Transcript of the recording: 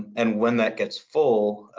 and when that gets full,